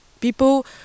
people